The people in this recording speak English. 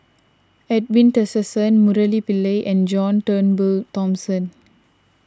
Edwin Tessensohn Murali Pillai and John Turnbull Thomson